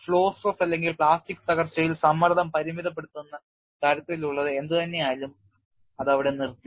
flow stress അല്ലെങ്കിൽ plastic തകർച്ചയിൽ സമ്മർദ്ദം പരിമിതപ്പെടുത്തുന്ന തരത്തിലുള്ളത് എന്തുതന്നെ ആയാലും അത് അവിടെ നിർത്തി